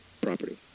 property